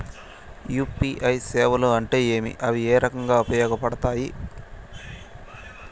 UPI సేవలు అంటే ఏమి, అవి ఏ రకంగా ఉపయోగపడతాయి పడతాయి?